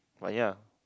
but yeah